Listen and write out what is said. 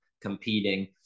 competing